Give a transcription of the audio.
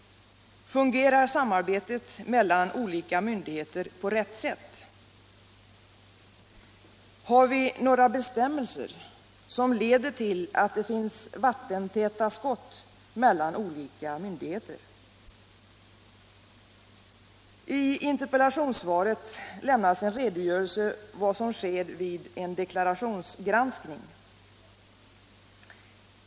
Fungerar samarbetet mellan olika myndigheter på rätt sätt? Har vi några bestämmelser som leder till att det finns vattentäta skott mellan olika myn 7" digheter? I interpellationssvaret lämnas en redogörelse för vad som sker vid en deklarationsgranskning.